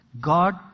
god